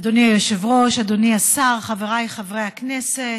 אדוני היושב-ראש, אדוני השר, חבריי חברי הכנסת,